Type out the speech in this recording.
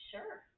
Sure